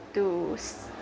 to